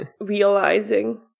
realizing